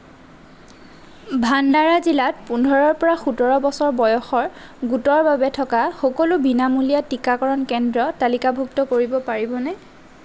ভাণ্ডাৰা জিলাত পোন্ধাৰৰ পৰা সোতৰ বছৰ বয়সৰ গোটৰ বাবে থকা সকলো বিনামূলীয়া টীকাকৰণ কেন্দ্ৰ তালিকাভুক্ত কৰিব পাৰিবনে